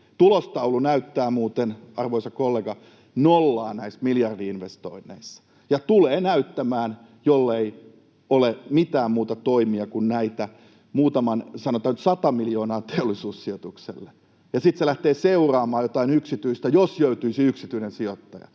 Tulostaulu näyttää muuten, arvoisa kollega, nollaa näissä miljardi-investoinneissa — ja tulee näyttämään, jollei ole mitään muita toimia kuin nämä muutama, sanotaan nyt, sata miljoonaa Teollisuussijoitukselle. Ja sitten se lähtee seuraamaan jotain yksityistä, jos löytyisi yksityinen sijoittaja.